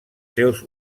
seus